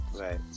Right